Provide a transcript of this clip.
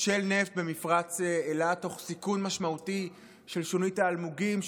של נפט במפרץ אילת תוך סיכון משמעותי של שונית האלמוגים,